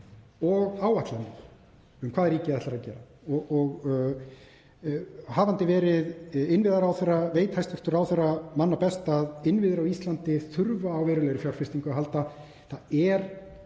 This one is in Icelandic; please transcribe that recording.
og áætlanir um hvað ríkið ætlar að gera. Hafandi verið innviðaráðherra veit hæstv. ráðherra það manna best að innviðir á Íslandi þurfa á verulegri fjárfestingu að halda. Það er